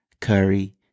Curry